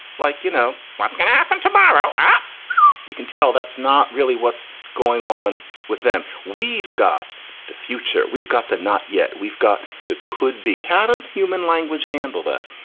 like, you know, what's gonna happen tomorrow? um you can tell that's not really what's going on with them. we've got the future. we've got that. not yet. we've got the could be. how does human language handle that?